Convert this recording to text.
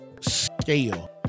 scale